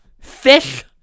fish